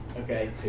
okay